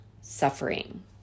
suffering